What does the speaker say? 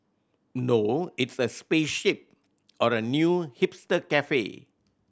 no it's a spaceship or a new hipster cafe